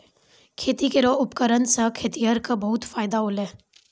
खेती केरो उपकरण सें खेतिहर क बहुत फायदा होलय